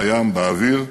בים ובאוויר,